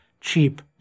cheap